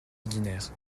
ordinaire